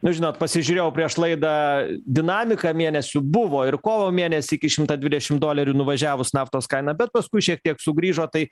nu žinot pasižiūrėjau prieš laidą dinamiką mėnesių buvo ir kovo mėnesį iki šimtą dvidešim dolerių nuvažiavus naftos kaina bet paskui šiek tiek sugrįžo tai